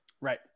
right